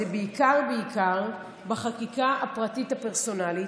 זה בעיקר בעיקר בחקיקה הפרטית הפרסונלית,